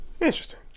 Interesting